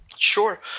Sure